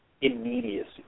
immediacy